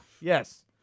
yes